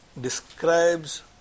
describes